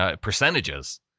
percentages